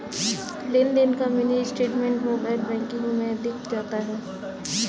लेनदेन का mini statement mobile banking में दिख जाता है